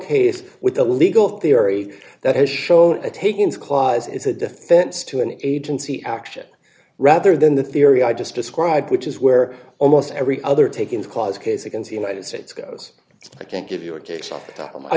case with a legal theory that has shown a takings clause is a defense to an agency action rather than the theory i just described which is where almost every other takings clause case against the united states goes i can't give you a